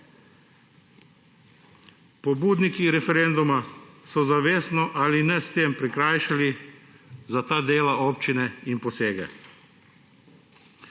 Pobudniki referenduma so zavestno ali ne s tem prikrajšali za ta dela občine in posege.